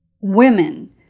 Women